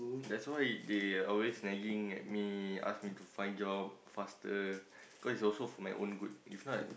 that's why they always nagging at me ask me to find job faster cause it's also for my own good if not